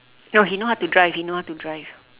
no he know how to drive he know how to drive